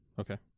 okay